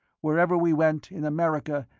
wherever we went, in america,